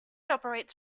operates